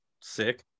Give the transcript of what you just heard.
sick